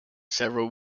several